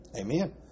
amen